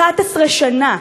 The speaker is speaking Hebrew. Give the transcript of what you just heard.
11 שנה,